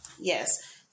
yes